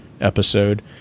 episode